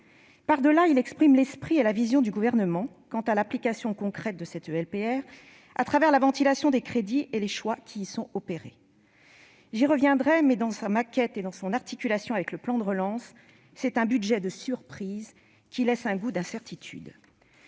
pris. Il exprime l'esprit et la vision du Gouvernement quant à l'application concrète de cette LPR, au travers de la ventilation des crédits et des choix qui sont opérés. J'y reviendrai mais, dans sa maquette et dans son articulation avec le plan de relance, c'est là un budget de surprises, qui laisse un goût d'incertitude.